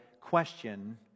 question